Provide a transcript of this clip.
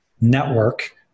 network